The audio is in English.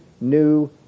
new